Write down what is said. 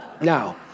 Now